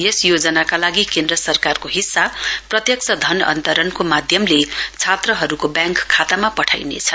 यस योजनाका लागि केन्द्र सरकारका हिस्सा प्रत्यक्ष धन अन्तरणको माध्यमले छात्रहरूको ब्याङक खातामा पठाइनेछ